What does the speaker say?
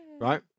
right